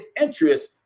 interest